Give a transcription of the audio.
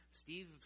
Steve